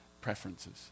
preferences